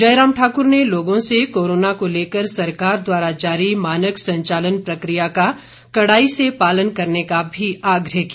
जयराम ठाकुर ने लोगों से कोरोना को लेकर सरकार द्वारा जारी मानक संचान प्रक्रिया का कड़ाई से पालन करने का भी आग्रह किया